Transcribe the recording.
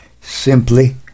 simply